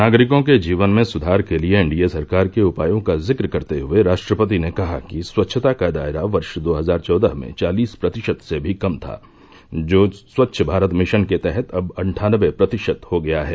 नागरिकों के जीवन में सुधार के लिए एनडीए सरकार के उपायों का जिक्र करते हुए राष्ट्रपति ने कहा कि स्वच्छता का दायरा वर्ष दो हजार चौदह में चालिस प्रतिशत से भी कम था जो स्वच्छ भारत मिशन के तहत अब अन्ठानबे प्रतिशत हो गया है